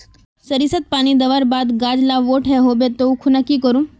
सरिसत पानी दवर बात गाज ला बोट है होबे ओ खुना की करूम?